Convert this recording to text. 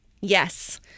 Yes